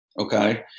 okay